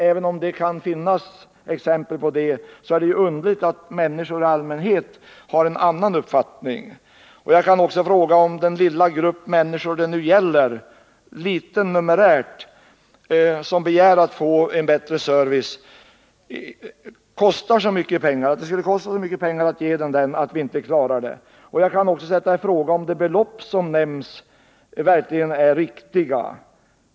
Även om det kan finnas exempel på sådant, har människor i allmänhet en annan uppfattning. Det är numerärt sett en liten grupp människor som här begär att få en bättre service. Jag undrar om det skulle kosta så mycket pengar att ge dem denna förbättring att vi inte klarar det. Jag ifrågasätter också om de belopp som nämnts verkligen är riktiga.